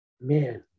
man